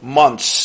months